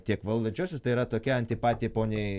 tiek valdančiuosius tai yra tokia antipatija poniai